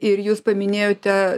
ir jūs paminėjote